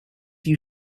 you